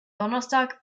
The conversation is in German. donnerstag